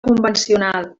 convencional